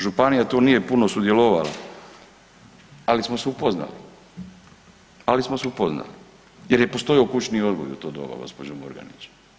Županija tu nije puno sudjelovala, ali smo se upoznali jer je postojao kućni odgoj u to vrijeme gospođo Murganić.